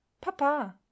Papa